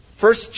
first